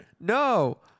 No